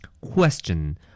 Question